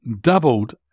doubled